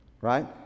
right